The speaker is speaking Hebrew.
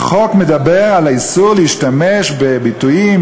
החוק מדבר על האיסור להשתמש בביטויים,